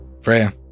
Freya